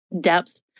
depth